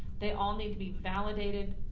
they all need to be validated,